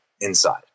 inside